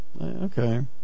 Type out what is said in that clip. Okay